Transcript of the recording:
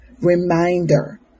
reminder